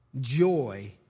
joy